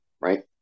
right